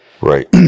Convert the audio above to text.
right